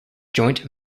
joint